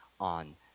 on